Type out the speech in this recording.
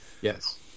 Yes